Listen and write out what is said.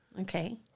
Okay